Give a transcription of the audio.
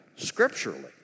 Scripturally